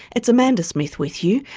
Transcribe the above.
it's amanda smith with you,